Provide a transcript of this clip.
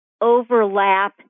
overlap